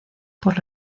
por